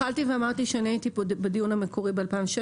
הייתי פה בדיון המקורי ב-2016.